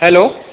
hello